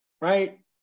right